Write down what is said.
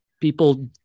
people